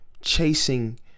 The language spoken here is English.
chasing